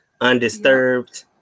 undisturbed